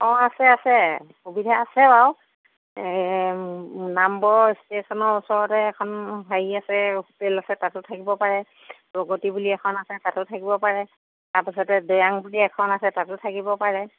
অঁ আছে আছে সুবিধা আছে বাৰু নামবৰ ষ্টেশ্যনৰ ওচৰতে এখন হেৰি আছে হোষ্টেল আছে তাতো থাকিব পাৰে প্ৰগতি বুলি এখন আছে তাতো থাকিব পাৰে তাৰপিছতে দৈয়াং বুলি এখন আছে তাতো থাকিব পাৰে